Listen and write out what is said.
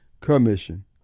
commission